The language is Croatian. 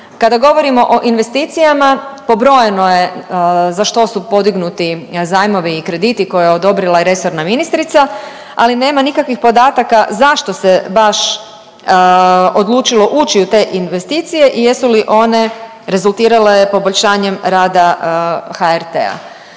Kada govorimo o investicijama, pobrojeno je za što su podignuti zajmovi i krediti koje je odobrila resorna ministrica ali nema nikakvih podataka zašto se baš odlučilo ući u te investicije i jesu li one rezultirale poboljšanjem rada HRT-a.